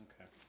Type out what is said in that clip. Okay